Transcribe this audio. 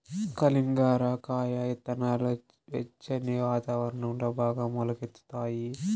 కలింగర కాయ ఇత్తనాలు వెచ్చని వాతావరణంలో బాగా మొలకెత్తుతాయి